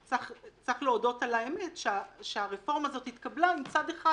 צריך להודות על האמת שהרפורמה הזו התקבלה מצד אחד,